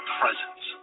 presence